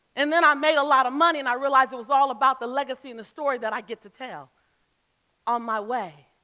and then i made a lot of money and i realized it was all about the legacy and the story that i get to tell on my way.